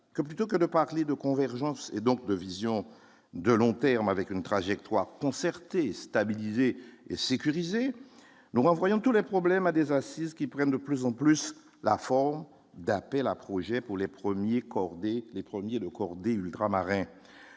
que plutôt que de parler de convergence et donc de vision de long terme avec une trajectoire concertée stabilisé et sécurisé, nous renvoyons tous les problèmes à des assises qui prennent de plus en plus la forme d'appel à projets pour les premiers corps dès